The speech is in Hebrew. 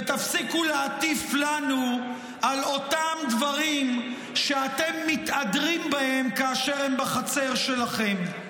ותפסיקו להטיף לנו על אותם דברים שאתם מתהדרים בהם כאשר הם בחצר שלכם.